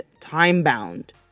time-bound